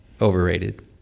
Overrated